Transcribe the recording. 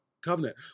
covenant